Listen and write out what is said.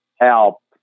help